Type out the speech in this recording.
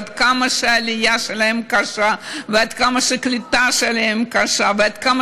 עד כמה העלייה שלהם קשה ועד כמה הקליטה שלהם קשה ועד כמה